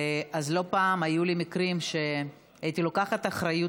אז לא פעם היו לי מקרים שהייתי לוקחת אחריות,